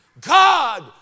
God